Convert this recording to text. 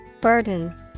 Burden